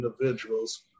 individuals